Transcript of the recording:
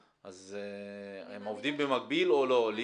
הם עובדים במקביל או לא?